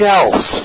else